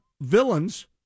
villains